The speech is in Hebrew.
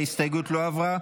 ההסתייגות לא עברה.